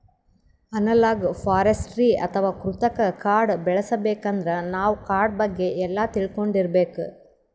analogue forestry ಅಥವಾ ಕೃತಕ್ ಕಾಡ್ ಬೆಳಸಬೇಕಂದ್ರ ನಾವ್ ಕಾಡ್ ಬಗ್ಗೆ ಎಲ್ಲಾ ತಿಳ್ಕೊಂಡಿರ್ಬೇಕ್